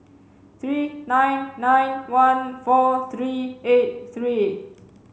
three nine nine one four three eight three